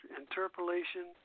interpolation